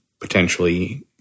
potentially